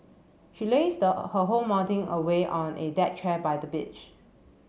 she lazed her whole morning away on a deck chair by the beach